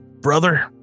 brother